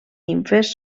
nimfes